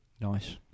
Nice